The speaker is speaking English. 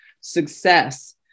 success